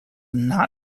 not